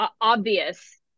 obvious